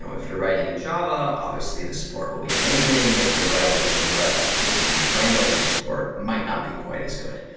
so if you're writing in java, obviously the support will be amazing. if you're writing in a less frequently used language, the support might not be quite as good.